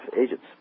agents